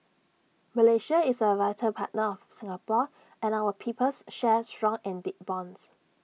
Malaysia is A vital partner of Singapore and our peoples share strong and deep bonds